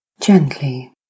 Gently